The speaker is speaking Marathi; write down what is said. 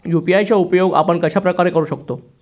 यू.पी.आय चा उपयोग आपण कशाप्रकारे करु शकतो?